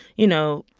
you know,